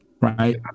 right